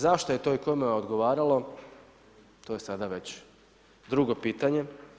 Zašto je to i kome odgovaralo, to je sada već drugo pitanje.